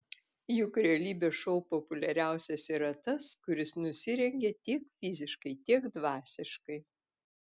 juk realybės šou populiariausias yra tas kuris nusirengia tiek fiziškai tiek dvasiškai